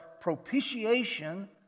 propitiation